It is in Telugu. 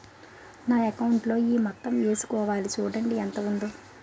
నా అకౌంటులో ఈ మొత్తం ఏసుకోవాలి చూడండి ఎంత ఉందో